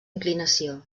inclinació